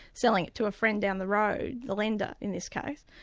selling it to a friend down the road, the lender in this case.